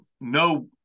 no